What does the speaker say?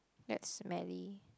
that's smelly